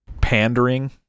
pandering